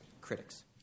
critics